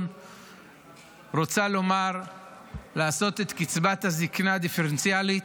רוצה לעשות את קצבת הזקנה דיפרנציאלית,